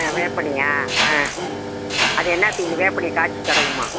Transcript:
ஆ வேப்ப எண்ணெயா ஆ அதை என்ன செய்யணும் வேப்ப எண்ணெய காய்ச்சி தடவணுமா